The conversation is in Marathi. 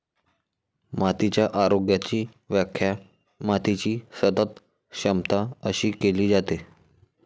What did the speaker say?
मातीच्या आरोग्याची व्याख्या मातीची सतत क्षमता अशी केली जाते